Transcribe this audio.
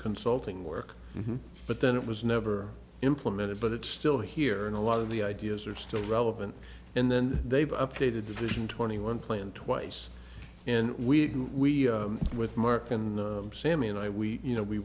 consulting work but then it was never implemented but it's still here and a lot of the ideas are still relevant and then they've updated edition twenty one plan twice and we with mark and sammy and i we you know we